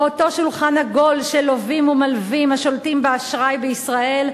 ואותו שולחן עגול של לווים ומלווים השולטים באשראי בישראל,